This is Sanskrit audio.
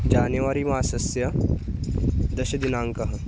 जानिवारि मासस्य दशमदिनाङ्कः